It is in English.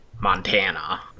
Montana